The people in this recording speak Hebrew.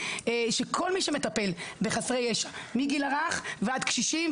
שכל מי שמטפל בחסרי ישע מגיל הרך ועד קשישים,